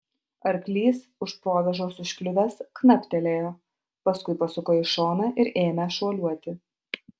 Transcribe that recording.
arklys už provėžos užkliuvęs knaptelėjo paskui pasuko į šoną ir ėmę šuoliuoti